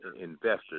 investors